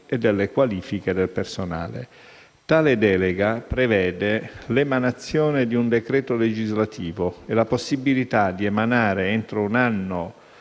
ruoli e qualifiche del personale. Tale delega prevede l'emanazione di un decreto legislativo e la possibilità di emanare entro un anno